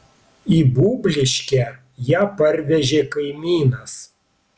į būbliškę ją parvežė kaimynas